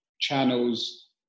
channels